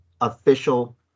official